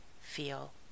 feel